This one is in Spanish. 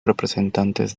representantes